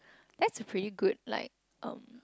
that's pretty good like um